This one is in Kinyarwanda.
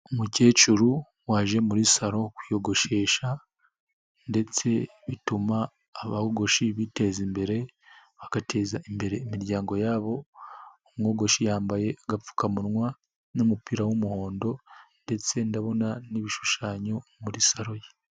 Umukecuru waje muri saro kwiyogoshesha ndetse bituma abawugoshi biteza imbere, bagateza imbere imiryango yabo, umwogoshi yambaye agapfukamunwa n'umupira w'umuhondo ndetse ndabona n'ibishushanyo muri saro ye.